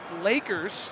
Lakers